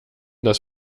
das